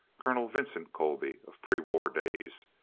colonel vincent colby, of prewar days.